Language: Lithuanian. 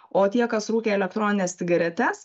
o tie kas rūkė elektronines cigaretes